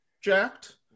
jacked